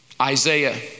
Isaiah